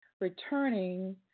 returning